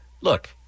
Look